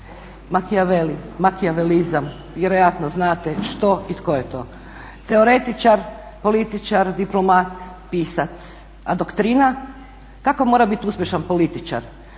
Nicole Machiavellija. Vjerojatno znate što i tko je to. Teoretičar, političar, diplomat, pisac a doktrina kakav mora biti uspješan političar.